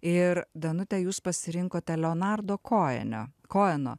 ir danute jūs pasirinkote leonardo kojenio kojeno